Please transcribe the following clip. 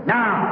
Now